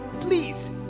please